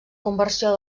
conversió